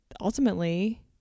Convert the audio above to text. ultimately